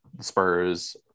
Spurs